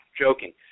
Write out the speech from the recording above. joking